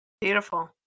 Beautiful